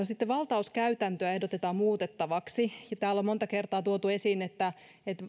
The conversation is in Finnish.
sitten valtauskäytäntöä ehdotetaan muutettavaksi ja täällä on monta kertaa tuotu esiin että